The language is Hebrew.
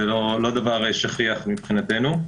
זה לא דבר שכיח מבחינתנו.